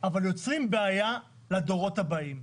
אבל יוצרים בעיה לדורות הבאים.